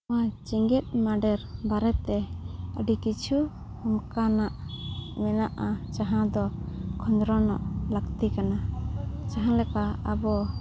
ᱱᱚᱜᱼᱚᱭ ᱡᱮᱜᱮᱫ ᱢᱟᱰᱮᱨ ᱵᱟᱨᱮᱛᱮ ᱟᱹᱰᱤ ᱠᱤᱪᱷᱩ ᱚᱱᱠᱟᱱᱟᱜ ᱢᱮᱱᱟᱜᱼᱟ ᱡᱟᱦᱟᱸ ᱫᱚ ᱠᱷᱚᱸᱫᱽᱨᱚᱱᱚᱜ ᱞᱟᱹᱠᱛᱤ ᱠᱟᱱᱟ ᱡᱟᱦᱟᱸ ᱞᱮᱠᱟ ᱟᱵᱚ